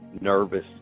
nervous